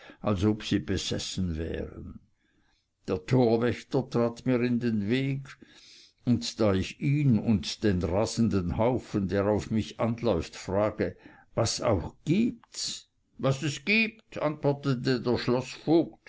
als ob sie besessen wären der torwächter tritt mir in den weg und da ich ihn und den rasenden haufen der auf mich anläuft frage was auch gibt's was es gibt antwortet der